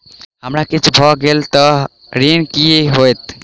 हमरा किछ भऽ गेल तऽ ऋण केँ की होइत?